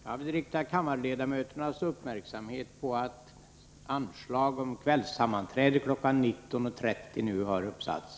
Jag vill rikta kammarledamöternas uppmärksamhet på att anslag om kvällssammanträde kl. 19.30 nu har uppsatts.